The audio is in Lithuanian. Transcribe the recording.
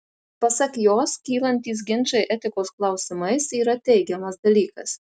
pasak jos kylantys ginčai etikos klausimais yra teigiamas dalykas